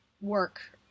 work